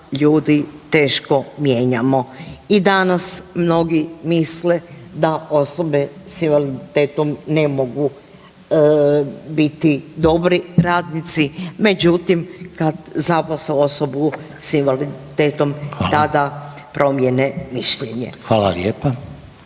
ljudi teško mijenjamo. I danas mnogi misle da osobe s invaliditetom ne mogu biti dobri radnici, međutim kad zaposle osobu s invaliditetom tada promjene mišljenje. Hvala vam lijepa.